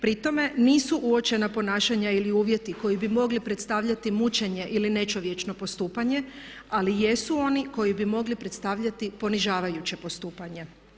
Pri tome nisu uočena ponašanja ili uvjeti koji bi mogli predstavljati mučenje ili nečovječno postupanje, ali jesu oni koji bi mogli predstavljati ponižavajuće postupanje.